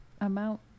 amount